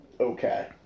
Okay